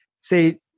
say